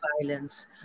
violence